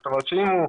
זאת אומרת שאם הוא